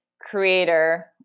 creator